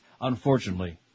unfortunately